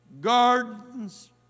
gardens